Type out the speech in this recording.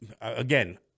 again